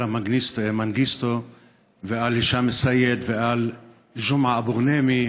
מנגיסטו ושל הישאם א-סייד ושל ג'ומעה אבו גנימה,